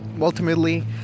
ultimately